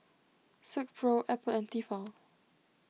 Silkpro Apple and Tefal